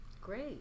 Great